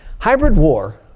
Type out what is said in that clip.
hybrid war